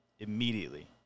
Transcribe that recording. immediately